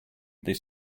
this